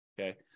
Okay